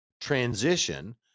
transition